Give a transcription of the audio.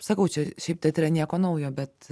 sakau čia šiaip teatre nieko naujo bet